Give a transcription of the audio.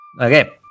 Okay